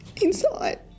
inside